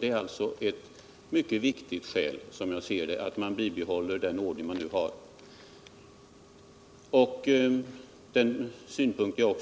Det är mycket viktigt att kulturprogrammen på detta område kommer fram genom medverkan från studieförbunden, så att dessa program